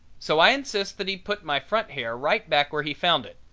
so i insist that he put my front hair right back where he found it.